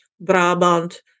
Brabant